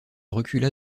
recula